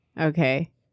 Okay